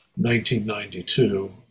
1992